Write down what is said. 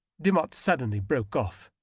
demotte suddenly broke off,